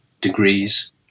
degrees